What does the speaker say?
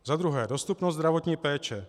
Za druhé, dostupnost zdravotní péče.